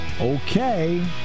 okay